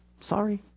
Sorry